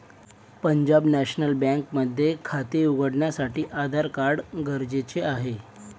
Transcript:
Punjab National Bank मध्ये खाते उघडण्यासाठी आधार कार्ड गरजेचे आहे